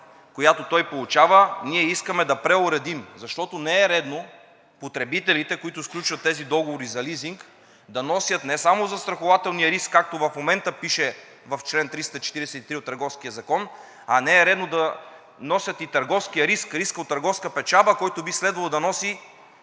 която той получава, ние искаме да преуредим, защото не е редно потребителите, които сключват тези договори за лизинг, да носят не само застрахователния риск, както в момента пише в чл. 343 от Търговския закон, а не е редно да носят и търговския риск – риска от търговска печалба, който би следвало да носи